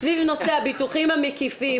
אני מתייחסת לנושא הביטוחים המקיפים.